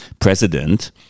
president